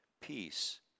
peace